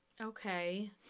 okay